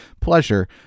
pleasure